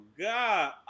god